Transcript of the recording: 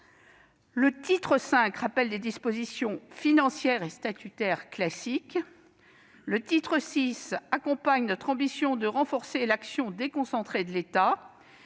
Le titre V rappelle des dispositions financières et statutaires classiques. Le titre VI accompagne notre ambition de renforcer l'action déconcentrée de l'État.